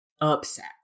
upset